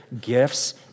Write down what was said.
gifts